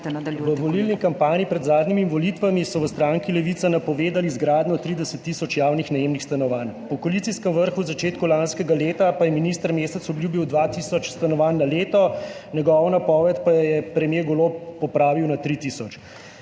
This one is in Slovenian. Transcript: V volilni kampanji pred zadnjimi volitvami so v stranki Levica napovedali izgradnjo 30 tisoč javnih najemnih stanovanj. Po koalicijskem vrhu v začetku lanskega leta pa je minister Mesec obljubil 2 tisoč stanovanj na leto. Njegovo napoved pa je premier Golob popravil na 3 tisoč.